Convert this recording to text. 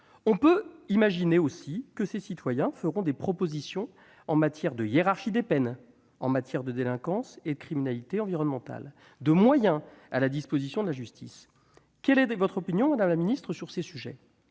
On peut imaginer aussi que ces citoyens feront des propositions en termes de hiérarchie des peines en matière de délinquance et de criminalité environnementales, de moyens à la disposition de la justice. Quelle est votre opinion, madame la ministre, sur ces sujets ?